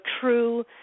true